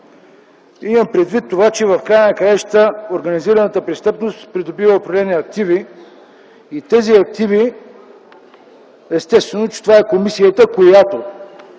Имам предвид това, че края на краищата организираната престъпност придобива определени активи и естествено, че това е комисията, която